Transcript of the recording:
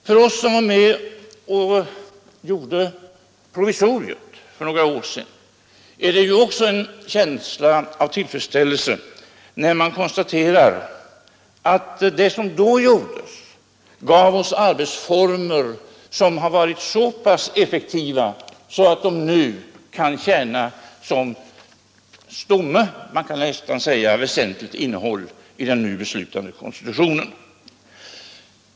För oss som var med och utarbetade provisoriet för några år sedan innebär det ju också en känsla av tillfredsställelse att det som då gjordes gav oss arbetsformer som har varit så pass effektiva att de kan tjäna som stomme — man kan nästa säga som väsentligt innehåll — i den nu beslutade konstitutionen.